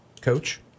coach